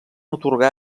atorgar